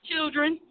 Children